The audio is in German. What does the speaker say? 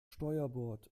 steuerbord